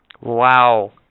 Wow